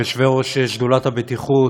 כיושבי-ראש שדולת הבטיחות,